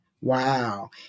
Wow